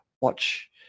watch